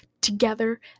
together